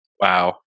wow